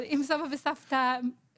אבל אם סבא וסבתא מבוגרים,